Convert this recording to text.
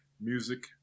music